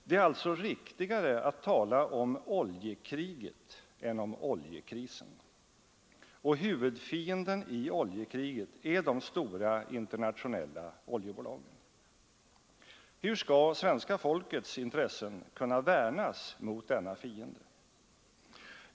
Det är alltså riktigare att tala om oljekriget än om oljekrisen. Och huvudfienden i oljekriget är de stora internationella oljebolagen. Hur skall svenska folkets intressen kunna värnas mot denna fiende?